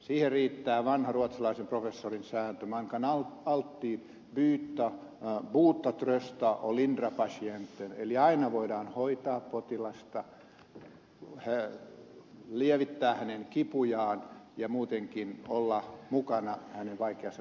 siihen riittää vanha ruotsalaisen professorin sääntö man kan alltid bota trösta och lindra patienten eli aina voidaan hoitaa potilasta lievittää hänen kipujaan ja muutenkin olla mukana hänen vaikeassa tilanteessaan